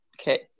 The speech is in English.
Okay